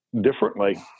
differently